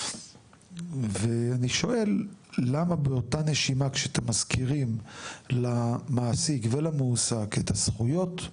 ואני שואל למה באותה נשימה כשאתם מזכירים למעסיק ולמועסק את הזכויות,